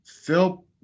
Phil